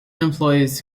employs